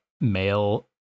male